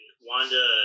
Wanda